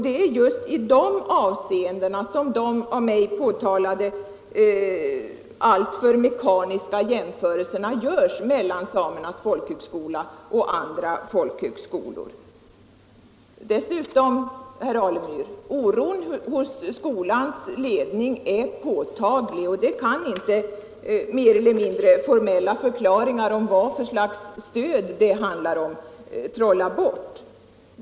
Det är just i sådana avseenden som de av mig påtalade alltför mekaniska jämförelserna görs mellan Samernas folkhögskola och andra folkhögskolor. Dessutom, herr Alemyr, är oron hos skolans ledning påtaglig. Det kan man inte trolla bort genom mer eller mindre formella förklaringar om vad slags stöd det handlar om.